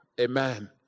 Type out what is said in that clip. Amen